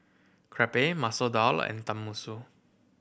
Crepe Masoor Dal and Tenmusu